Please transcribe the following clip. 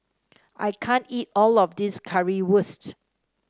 I can't eat all of this Currywurst